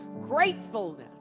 gratefulness